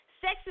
sex